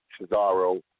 Cesaro